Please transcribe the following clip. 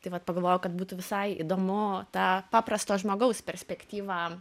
tai vat pagalvojau kad būtų visai įdomu tą paprasto žmogaus perspektyvą